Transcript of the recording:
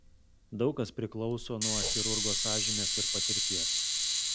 daug kas priklauso nuo chirurgo sąžinės ir patirties